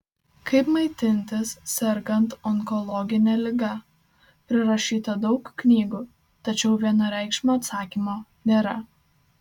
kaip maitintis sergant onkologine liga prirašyta daug knygų tačiau vienareikšmio atsakymo nėra